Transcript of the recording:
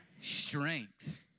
strength